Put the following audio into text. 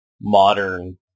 modern